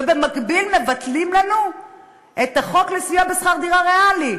ובמקביל מבטלים לנו את החוק לסיוע בשכר דירה ריאלי.